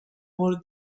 world